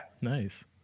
Nice